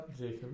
Jacob